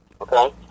okay